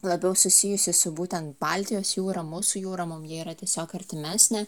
labiau susijusi su būtent baltijos jūra mūsų jūra mum ji yra tiesiog artimesnė